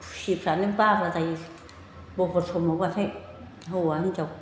खुसिफ्रानो बारा जायो बबेबा समावबाथाय हौवा हिनजाव